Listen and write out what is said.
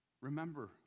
Remember